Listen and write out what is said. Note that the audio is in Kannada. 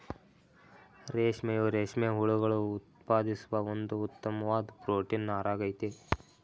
ರೇಷ್ಮೆಯು ರೇಷ್ಮೆ ಹುಳುಗಳು ಉತ್ಪಾದಿಸುವ ಒಂದು ಉತ್ತಮ್ವಾದ್ ಪ್ರೊಟೀನ್ ನಾರಾಗಯ್ತೆ